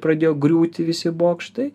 pradėjo griūti visi bokštai